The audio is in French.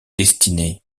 destinées